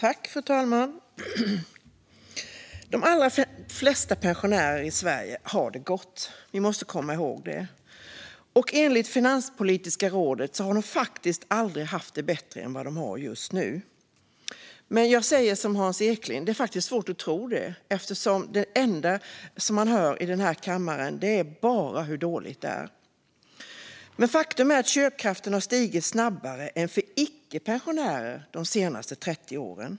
Fru talman! De allra flesta pensionärer i Sverige har det gott. Vi måste komma ihåg det. Enligt Finanspolitiska rådet har de faktiskt aldrig haft det bättre än just nu. Men jag säger som Hans Eklind: Det är svårt att tro detta, för det enda man hör i den här kammaren är hur dåligt det är. Faktum är att köpkraften har stigit snabbare för pensionärer än för icke-pensionärer de senaste 30 åren.